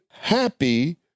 Happy